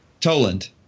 Toland